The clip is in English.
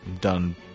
done